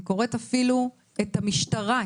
אני קוראת אפילו את המשטרה,